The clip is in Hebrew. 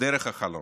דרך החלון.